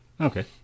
Okay